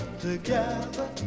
together